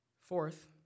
Fourth